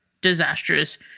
disastrous